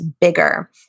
bigger